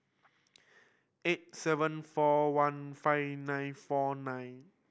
eight seven four one five nine four nine